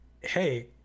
hey